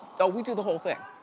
but we do the whole thing.